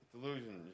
Delusion